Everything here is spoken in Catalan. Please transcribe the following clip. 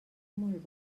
molt